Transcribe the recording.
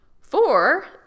Four